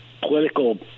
political